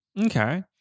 Okay